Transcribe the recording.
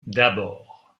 d’abord